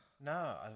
No